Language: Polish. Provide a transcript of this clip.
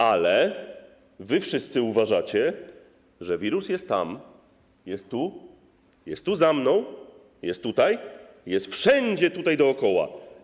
Ale wy wszyscy uważacie, że wirus jest tam, jest tu, jest za mną, jest tutaj - jest wszędzie tutaj dookoła.